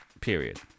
Period